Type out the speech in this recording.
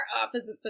opposites